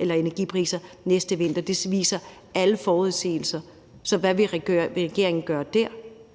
energipriser næste vinter – det viser alle forudsigelser. Så hvad vil regeringen gøre der?